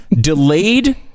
delayed